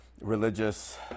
religious